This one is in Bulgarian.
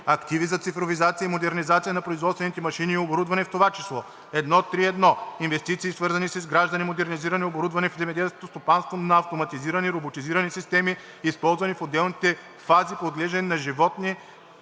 Активи за цифровизация и модернизация на производствените машини и оборудване, в това число: 1.3.1. Инвестиции, свързани с изграждане/модернизиране/ оборудване в земеделското стопанство на автоматизирани/ роботизирани системи, използвани в отделните фази по отглеждане на животни